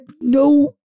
no